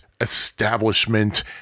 establishment